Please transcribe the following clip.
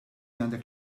għandek